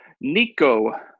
Nico